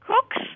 cooks